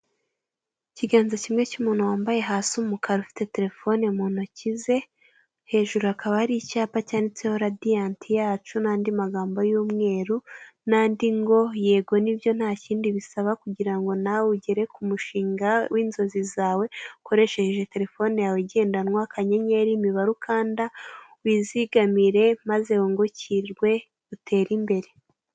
Ikiganza kimwe cy'umuntu wambaye hasi umukara ufite telefone mu ntoki ze, hejuru hakaba hari icyapa cyanditseho RADIANT yacu n'andi magambo y'umweru n'andi arimo ngo yego nibyo nta kindi kugira ngo nawe ugere ku mushinga w'inzozi zawe ukoresheje telefone yawe igendanwa akanyenyeri imibare ukanda wizigamire maze w'ungukirwe utere imbere.